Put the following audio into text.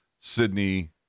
Sydney